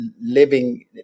living